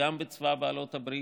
גם בצבא בעלות הברית,